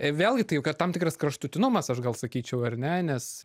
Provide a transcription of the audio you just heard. vėlgi tai jau kad tam tikras kraštutinumas aš gal sakyčiau ar ne nes